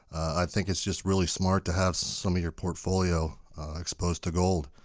i think it's just really smart to have some of your portfolio exposed to gold.